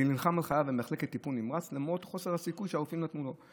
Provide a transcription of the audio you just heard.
ונלחם על חייו במחלקת טיפול נמרץ למרות חוסר הסיכוי שהרופאים נתנו לו.